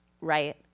right